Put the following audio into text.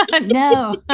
No